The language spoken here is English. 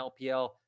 LPL